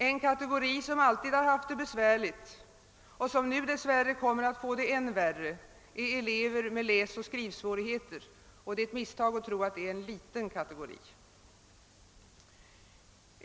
En kategori som alltid har haft det besvärligt och som nu beklagligt nog kommer att få det än värre är elever med läsoch skrivsvårigheter, och det är ett misstag att tro att de utgör en liten kategori.